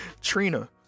Trina